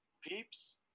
Peeps